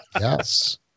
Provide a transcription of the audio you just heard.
Yes